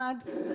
ראשית,